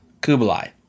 Kublai